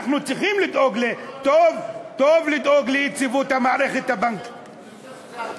טוב לדאוג ליציבות המערכת הבנקאית,